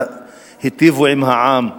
היטיבו עם העם.